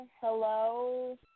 hello